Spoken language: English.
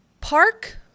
park